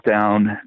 down